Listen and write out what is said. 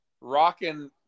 rocking